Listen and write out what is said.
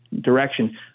direction